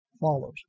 follows